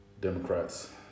Democrats